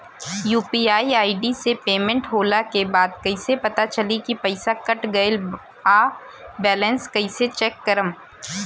UPI ID से payment होला के बाद कइसे पता चली की पईसा कट गएल आ बैलेंस कइसे चेक करम?